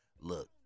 Look